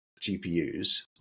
GPUs